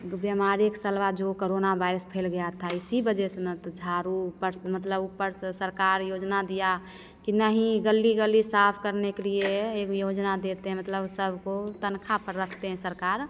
बीमारी के साल जो कोरोना वायरस फैल गया था इसी वजह से न तो झाड़ू ऊपर से ऊपर से सरकार योजना दी कि नहीं गली गली साफ़ करने के लिए एक योजना देते हैं मतलब सबको तनख़्वाह पर रखती है सरकार